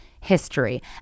history